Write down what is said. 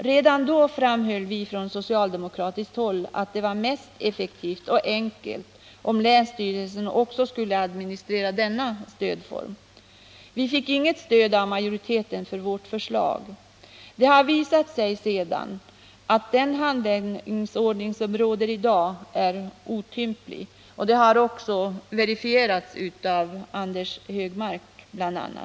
Redan då framhöll vi från socialdemokratiskt håll att det vore mest effektivt och enkelt om länsstyrelsen också skulle administrera denna stödform. Vi fick inget stöd av majoriteten för vårt förslag. Det har visat sig att den handläggningsordning som råder i dag är otymplig, och det har också verifierats i dag av Anders Högmark bl.a.